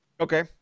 Okay